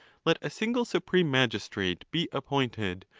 let a single supreme magistrate be appointed,